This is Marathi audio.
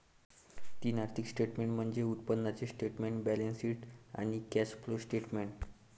तीन आर्थिक स्टेटमेंट्स म्हणजे उत्पन्नाचे स्टेटमेंट, बॅलन्सशीट आणि कॅश फ्लो स्टेटमेंट